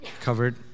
covered